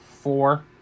Four